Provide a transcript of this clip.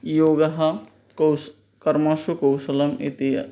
योगः कौश् कर्मसु कौशलम् इति